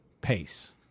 pace